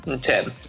ten